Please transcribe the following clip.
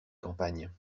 campagnes